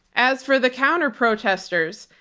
as for the counter-protesters,